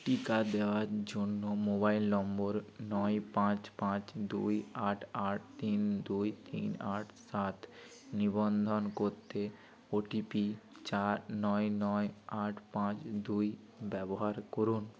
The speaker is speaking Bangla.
টিকা দেওয়ার জন্য মোবাইল নম্বর নয় পাঁচ পাঁচ দুই আট আট তিন দুই তিন আট সাত নিবন্ধন করতে ওটিপি চার নয় নয় আট পাঁচ দুই ব্যবহার করুন